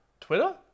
Twitter